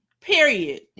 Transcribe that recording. period